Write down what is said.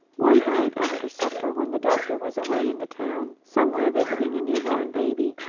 one night after supper when the doctor was away in the town somewhere visiting a new-born baby,